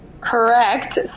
Correct